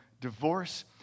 divorce